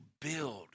build